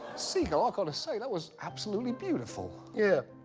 seagull, i gotta say that was absolutely beautiful. yeah,